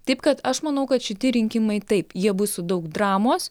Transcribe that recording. taip kad aš manau kad šiti rinkimai taip jie bus su daug dramos